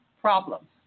problems